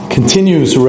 Continues